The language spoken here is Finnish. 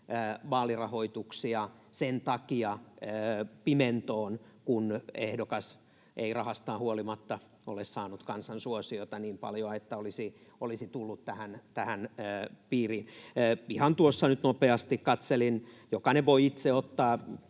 vaalirahoituksia sen takia pimentoon, kun ehdokas ei rahastaan huolimatta ole saanut kansansuosiota niin paljoa, että olisi tullut tämän piiriin. Ihan tuossa nyt nopeasti katselin — jokainen voi itse ottaa,